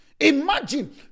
Imagine